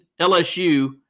LSU